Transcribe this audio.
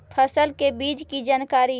फसल के बीज की जानकारी?